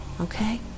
okay